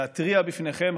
להתריע בפניכם,